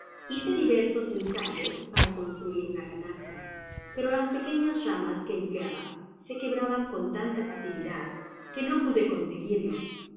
hiee diversos ensayos para construir una canasta pero las pequeñas ramas que empleaba se quebraban con tanta facilidad que no pnde conseguirlo